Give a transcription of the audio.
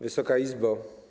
Wysoka Izbo!